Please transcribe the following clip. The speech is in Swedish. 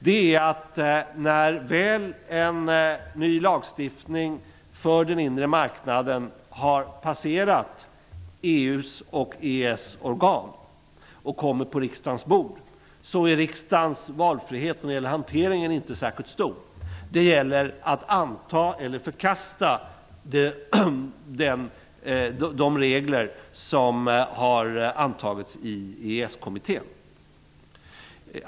När väl en ny lagstiftning för den inre marknaden har passerat EU:s och EES organ och kommer på riksdagens bord är riksdagens valfrihet när det gäller hanteringen inte särskilt stor. Det gäller att anta eller förkasta de regler som har antagits i EES-kommittén.